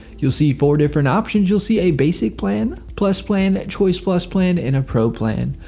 you'll see four different options. you'll see a basic plan, plus plan, choice plus plan, and a pro plan.